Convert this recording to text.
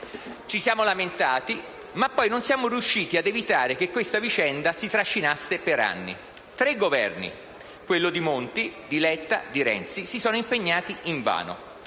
Ci siamo lamentati, ma poi non siamo riusciti ad evitare che questa vicenda si trascinasse per anni. Tre Governi - quelli di Monti, di Letta, di Renzi .- si sono impegnati invano.